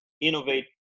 innovate